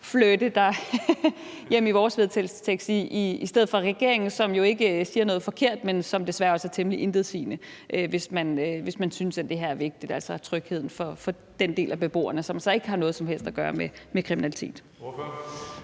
flirte dig hjem i vores vedtagelsestekst i stedet for regeringens, som jo ikke siger noget forkert, men som desværre også er temmelig intetsigende, hvis man synes, at det her er vigtigt, altså trygheden for den del af beboerne, som så ikke har noget som helst at gøre med kriminalitet.